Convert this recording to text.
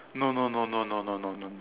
no no no no no no no no